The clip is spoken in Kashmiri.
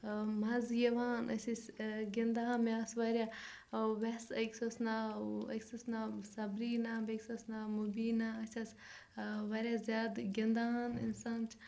مزٕ یوان أسۍ ٲسۍ گنٛدان مےٚ آسہٕ واریاہ ویسہٕ أکِس اوس ناو أکِس اوس ناو صبرینا بیٚکِس اوس ناو مُبینا أس ٲسۍ واریاہ زیادٕ گِنٛدان